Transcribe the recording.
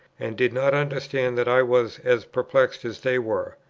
and did not understand that i was as perplexed as they were,